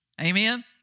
Amen